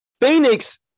Phoenix